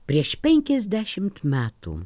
prieš penkiasdešimt metų